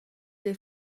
les